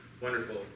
wonderful